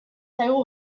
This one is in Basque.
zaigu